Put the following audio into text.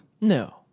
No